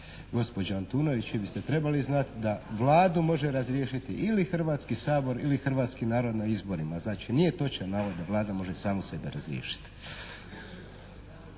Gospođo Antunović vi biste trebali znati da Vladu može razriješiti ili Hrvatski sabor ili hrvatski narod na izborima. Znači nije točan navod da Vlada može samu sebe razriješiti.